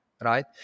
right